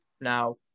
Now